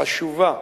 חשובה,